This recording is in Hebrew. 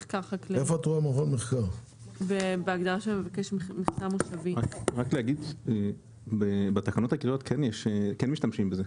רק להגיד שבתקנות העיקריות כן משתמשים בזה.